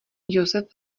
josef